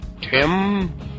Tim